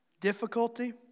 difficulty